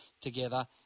together